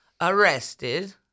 arrested